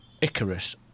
Icarus